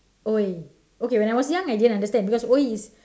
!oi! okay when I was young I didn't understand because !oi! is